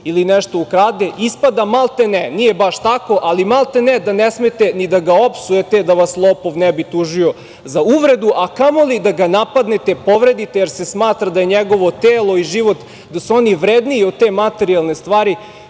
ili nešto ukrade, ispada maltene, nije baš tako, ali maltene da ne smete ni da ga opsujete da vas lopov ne bi tužio za uvredu, a kamoli da ga napadnete, povredite, jer se smatra da su njegovo telo i život vredniji od te materijalne stvari